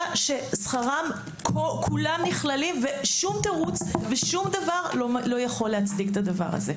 ששכרם כולם נכללים ושום תירוץ לא יכול להצדיק זאת.